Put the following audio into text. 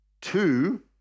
two